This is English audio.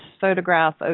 photograph